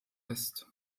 ist